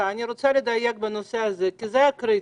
אני רוצה לדייק בנושא הזה כי זה קריטי.